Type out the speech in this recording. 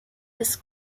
ist